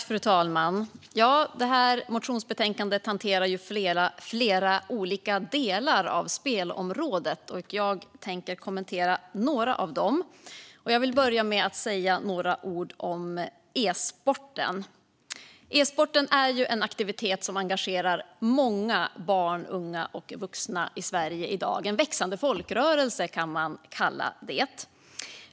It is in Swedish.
Fru talman! Motionsbetänkandet hanterar flera olika delar av spelområdet, och jag tänker kommentera några av dem. Jag börjar med att säga några ord om e-sport. E-sport är en aktivitet som engagerar många barn, unga och vuxna i Sverige. Man kan kalla det en växande folkrörelse.